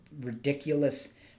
ridiculous